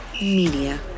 Media